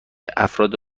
افراد